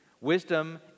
Wisdom